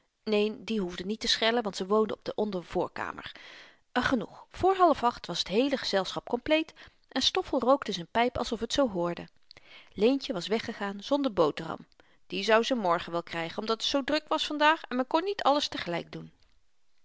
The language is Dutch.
neen die hoefde niet te schellen want ze woonde op de ondervoorkamer genoeg vr half-acht was t heele gezelschap kompleet en stoffel rookte z'n pyp alsof t zoo hoorde leentje was weggegaan zonder boterham die zou ze morgen wel krygen omdat t zoo druk was vandaag en men kon niet alles tegelyk doen